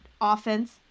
Offense